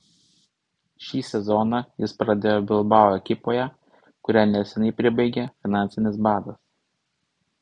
šį sezoną jis pradėjo bilbao ekipoje kurią neseniai pribaigė finansinis badas